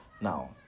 Now